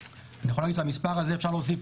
ואני יכול להגיד שעל המספר הזה אפשר להוסיף